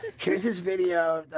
here's this video.